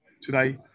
today